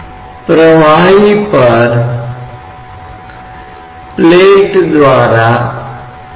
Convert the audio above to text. हम कहते हैं कि एक निकाय बल है जो द्रव तत्व पर भी काम कर रहा है